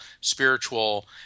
spiritual